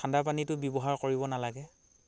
ঠাণ্ডাপানীটো ব্যৱহাৰ কৰিব নালাগে